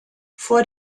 vor